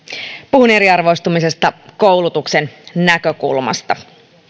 puhun eriarvoistumisesta koulutuksen näkökulmasta